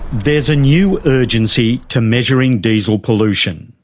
there's a new urgency to measuring diesel pollution.